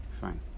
Fine